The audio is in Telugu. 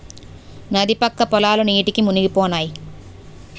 నది పక్క పొలాలు నీటికి మునిగిపోనాయి